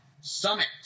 Summit